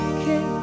Okay